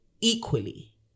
equally